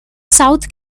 south